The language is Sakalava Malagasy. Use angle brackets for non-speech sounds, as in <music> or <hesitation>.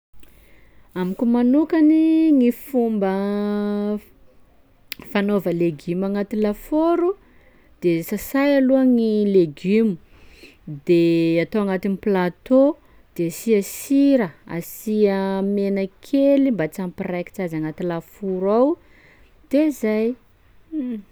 Amiko manokany gny fomba <hesitation> <noise> fanaova legioma agnaty lafaoro: de sasay aloha gny legioma de atao agnatin'ny plateau de asia sira, asia menaky kely mba tsy hampiraikitsy azy agnaty lafaoro ao, de zay.